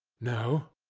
now?